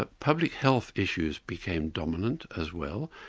ah public health issues became dominant as well,